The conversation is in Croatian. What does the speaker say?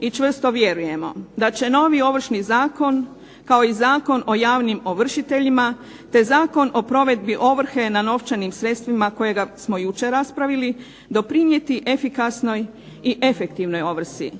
i čvrsto vjerujem da će novi Ovršni zakon kao i Zakon o javnim ovršiteljima, te Zakon o provedbi ovrhe na novčanim sredstvima kojega smo jučer raspravili doprinijeti efikasnoj i efektivnoj ovrsi,